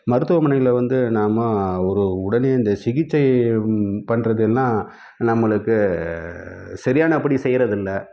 மருத்துவமனைகளில் வந்து நம்ம ஒரு உடனே இந்த சிகிச்சை பண்ணுறது எல்லாம் நம்மளுக்கு சரியானபடி செய்கிறது இல்லை